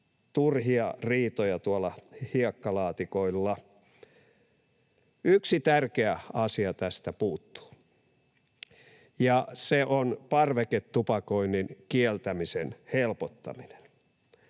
turhia riitoja tuolla hiekkalaatikoilla. Yksi tärkeä asia tästä puuttuu, ja se on parveketupakoinnin kieltämisen helpottaminen.